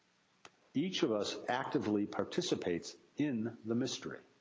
each of us actively participates in the mystery.